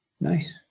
Nice